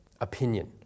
opinion